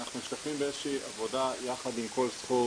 אנחנו שותפים בעבודה יחד עם 'כל זכות',